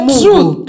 truth